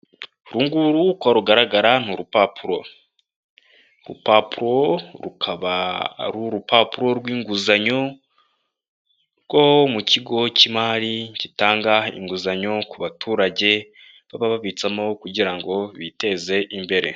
Uru nguru uko rugaragara ni urupapuro, urupapuro rukaba ari urupapuro rwinguzanyo rwo mu kigo cy'imari gitanga inguzanyo ku baturage, baba babitsamo kugira ngo biteze imbere.